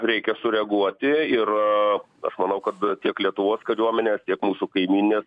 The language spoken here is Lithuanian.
reikia sureaguoti ir aš manau kad tiek lietuvos kariuomenė tiek mūsų kaimynė